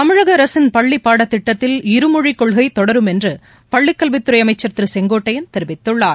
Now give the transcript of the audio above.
தமிழக அரசின் பள்ளி பாடத்திட்டத்தில் இருமொழி கொள்கை தொடரும் என்று பள்ளி கல்வித்துறை அமைச்சர் திரு செங்கோட்டையன் தெரிவித்துள்ளார்